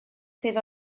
sydd